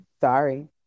Sorry